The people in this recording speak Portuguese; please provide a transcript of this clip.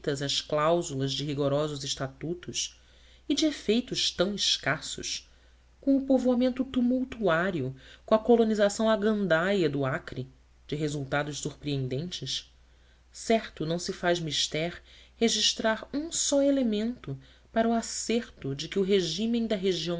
adstritas às cláusulas de rigorosos estatutos e de efeitos tão escassos com o povoamento tumultuário com a colonização à gandaia do acre de resultados surpreendentes certo não se faz mister registrar um só elemento para o acerto de que o regime da região